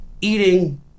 eating